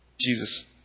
Jesus